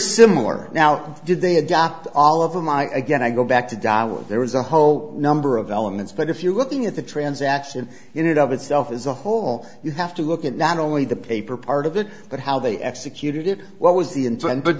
similar now did they adopt all of them i again i go back to dial up there was a whole number of elements but if you're looking at the transaction in and of itself is a whole you have to look at not only the paper part of it but how they executed it what was the in